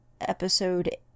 Episode